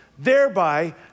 thereby